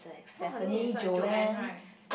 what her name is start with Joan right